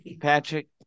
Patrick